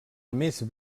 més